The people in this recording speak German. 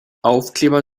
aufkleber